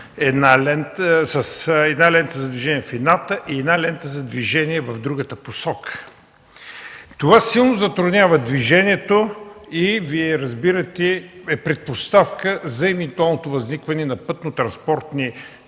една лента за движение в едната посока и една лента за движение в другата посока. Това силно затруднява движението и Вие разбирате, че е предпоставка за евентуалното възникване на пътнотранспортни